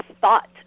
thought